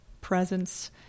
presence